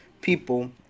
people